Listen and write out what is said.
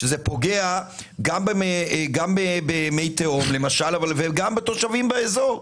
שזה פוגע גם במי תהום למשל וגם בתושבים באזור.